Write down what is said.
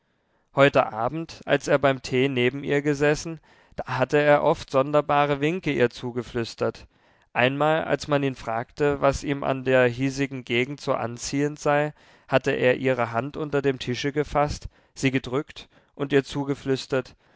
heute abend als er beim tee neben ihr gesessen da hatte er oft sonderbare winke ihr zugeflüstert einmal als man ihn fragte was ihm an der hiesigen gegend so anziehend sei hatte er ihre hand unter dem tische gefaßt sie gedrückt und ihr zugeflüstert